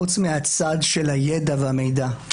חוץ מהצד של הידע והמידע.